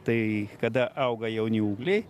tai kada auga jauni ūgliai